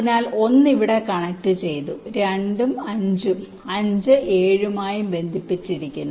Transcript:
അതിനാൽ 1 ഇവിടെ കണക്റ്റുചെയ്തു 2 5 ഉം 5 7 ഉം ആയി ബന്ധിപ്പിച്ചിരിക്കുന്നു